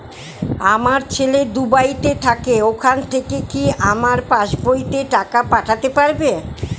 আমার ছেলে দুবাইতে থাকে ওখান থেকে কি আমার পাসবইতে টাকা পাঠাতে পারবে?